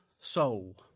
soul